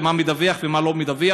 ומה הוא מדווח ומה לא מדווח?